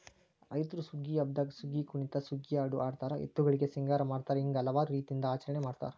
ರೈತ್ರು ಸುಗ್ಗಿ ಹಬ್ಬದಾಗ ಸುಗ್ಗಿಕುಣಿತ ಸುಗ್ಗಿಹಾಡು ಹಾಡತಾರ ಎತ್ತುಗಳಿಗೆ ಸಿಂಗಾರ ಮಾಡತಾರ ಹಿಂಗ ಹಲವಾರು ರೇತಿಯಿಂದ ಆಚರಣೆ ಮಾಡತಾರ